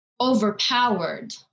overpowered